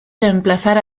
reemplazar